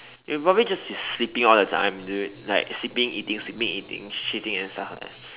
you probably just be sleeping all the time dude like sleeping eating sleeping eating shitting and stuff leh